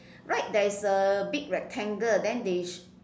right there is a big rectangle then they